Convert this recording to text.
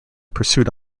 pursued